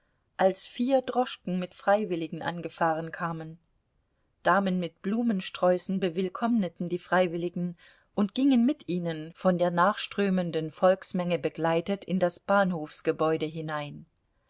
als vier droschken mit freiwilligen angefahren kamen damen mit blumensträußen bewillkommneten die freiwilligen und gingen mit ihnen von der nachströmenden volksmenge begleitet in das bahnhofsgebäude hinein